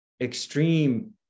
extreme